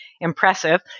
impressive